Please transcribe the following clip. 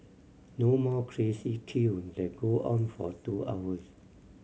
no more crazy queue that go on for two hours